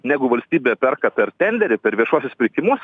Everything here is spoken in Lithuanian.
negu valstybė perka per tenderį per viešuosius pirkimus